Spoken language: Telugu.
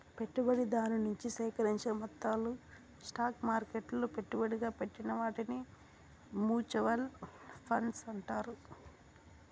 పెట్టుబడిదారు నుంచి సేకరించిన మొత్తాలు స్టాక్ మార్కెట్లలో పెట్టుబడిగా పెట్టిన వాటిని మూచువాల్ ఫండ్స్ అంటారు